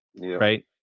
Right